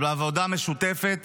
אבל בעבודה משותפת